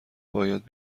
باید